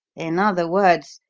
in other words,